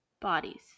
Bodies